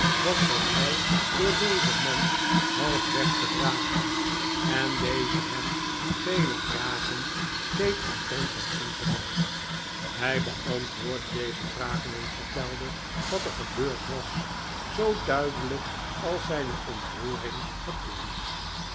was dat hij door dezen man half werd gedragen en deze hem veletvragen deed omtrent zijn ongeval hij beantwoordde deze vragen en vertelde wat er gebeurd was zoo duidelijk als zijne ontroering het toeliet